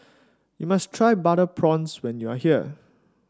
you must try Butter Prawns when you are here